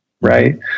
right